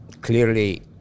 Clearly